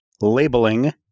labeling